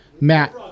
Matt